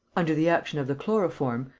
under the action of the chloroform,